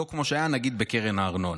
לא כמו שהיה, נגיד, בקרן הארנונה.